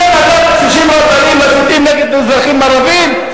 בשם הדת 60 רבנים מסיתים נגד אזרחים ערבים?